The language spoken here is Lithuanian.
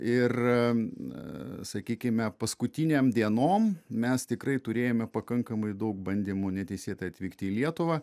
ir sakykime paskutinėm dienom mes tikrai turėjome pakankamai daug bandymų neteisėtai atvykti į lietuvą